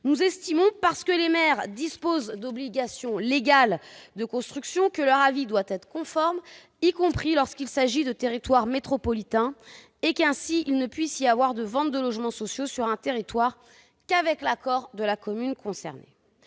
d'autres. Parce que les maires disposent d'obligations légales de construction, leur avis doit être conforme, y compris lorsqu'il s'agit de territoires métropolitains. Ainsi, il ne devrait y avoir de ventes de logements sociaux sur un territoire qu'avec l'accord de la commune concernée.